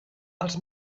els